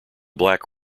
black